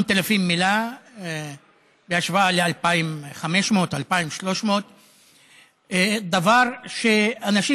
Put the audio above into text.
8,000 מילה בהשוואה ל-2,300 2,500. אנשים